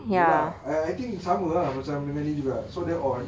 ya lah I I think sama ah macam benda ini juga so dia on